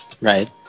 Right